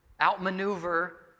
outmaneuver